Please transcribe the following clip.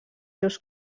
seus